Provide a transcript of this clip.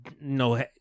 no